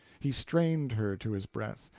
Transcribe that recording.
he strained her to his breast,